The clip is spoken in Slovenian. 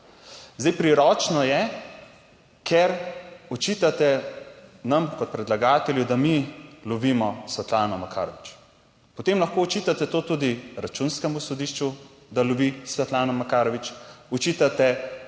priročno je, ker očitate nam kot predlagatelju, da mi lovimo Svetlano Makarovič. Potem lahko očitate to tudi Računskemu sodišču, da lovi Svetlano Makarovič,